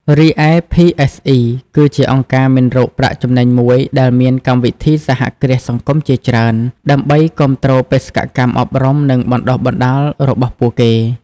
រីឯ ភី អេស អុី គឺជាអង្គការមិនរកប្រាក់ចំណេញមួយដែលមានកម្មវិធីសហគ្រាសសង្គមជាច្រើន ដើម្បីគាំទ្របេសកកម្មអប់រំ និងបណ្តុះបណ្តាលរបស់ពួកគេ ។